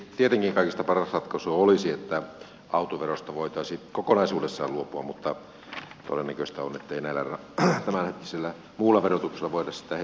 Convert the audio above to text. tietenkin kaikista paras ratkaisu olisi että autoverosta voitaisiin kokonaisuudessaan luopua mutta todennäköistä on ettei tämänhetkisellä muulla verotuksella voida sitä heti korvata